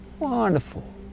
Wonderful